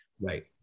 Right